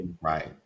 Right